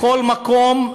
בכל מקום,